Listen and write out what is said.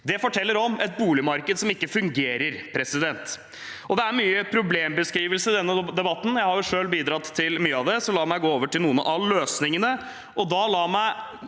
Det forteller om et boligmarked som ikke fungerer. Det er mye problembeskrivelse i denne debatten. Jeg har selv bidratt til mye av det, så la meg gå over til noen av løsningene.